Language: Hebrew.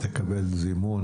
תודה רבה.